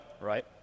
right